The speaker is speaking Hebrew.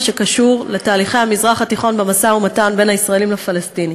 שקשור לתהליכי המזרח התיכון במשא-ומתן בין הישראלים לפלסטינים.